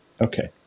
Okay